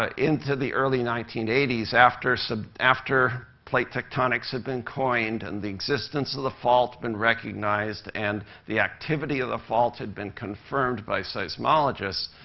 ah into the early nineteen eighty s, after so after plate tectonics had been coined, and the existence of the fault been recognized, and the activity of the fault had been confirmed by seismologists,